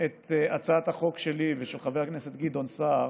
את הצעת החוק שלי ושל חבר הכנסת גדעון סער